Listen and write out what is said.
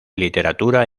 literatura